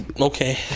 Okay